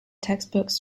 textbooks